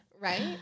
Right